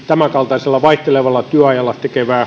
tämänkaltaisella vaihtelevalla työajalla